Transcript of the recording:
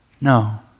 No